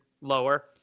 lower